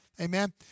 Amen